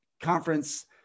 conference